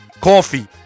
coffee